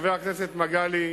חבר הכנסת מגלי,